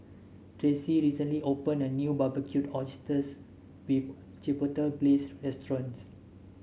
Tracy recently opened a new Barbecued Oysters with Chipotle Glaze restaurant